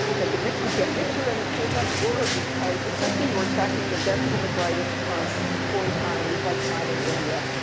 that the rich would get richer and the poor got poorer because, essentially, you were attracting the best and the brightest from poor economies, like china and india,